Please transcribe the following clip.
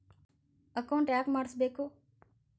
Account ಯಾಕ್ ಮಾಡಿಸಬೇಕು?